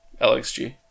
LXG